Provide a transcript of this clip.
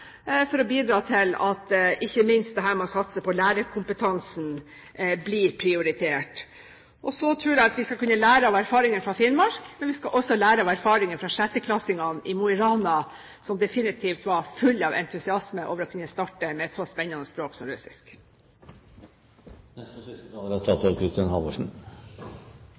for å bidra til at ikke minst satsing på lærerkompetanse blir prioritert. Jeg tror at vi skal kunne lære ikke bare av erfaringer fra Finnmark, men vi skal også lære av erfaringer fra sjetteklassingene i Mo i Rana, som definitivt var fulle av entusiasme over å kunne starte med et så spennende språk som russisk. Jeg takker for en god debatt, med engasjerte innlegg fra alle politiske partier. Det er